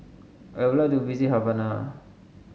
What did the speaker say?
I would like to visit Havana